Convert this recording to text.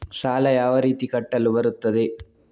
ಸಾಲ ಯಾವ ರೀತಿ ಕಟ್ಟಲು ಬರುತ್ತದೆ?